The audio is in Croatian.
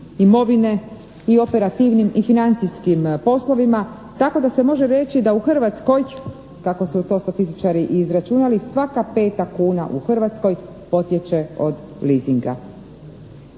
imovine i operativnim i financijskim poslovima tako da se može reći da u Hrvatskoj kako su to statističari i izračunali, svaka peta kuna u Hrvatskoj potječe od leasinga.